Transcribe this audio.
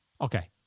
Okay